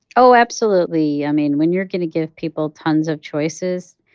oh, absolutely. i mean, when you're going to give people tons of choices,